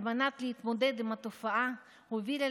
על מנת להתמודד עם התופעה היא הובילה